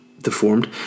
deformed